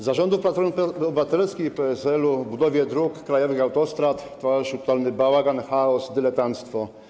Za rządów Platformy Obywatelskiej i PSL-u w budowie dróg, krajowych autostrad pojawił się totalny bałagan, chaos, dyletanctwo.